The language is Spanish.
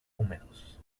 húmedos